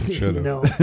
no